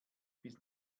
bis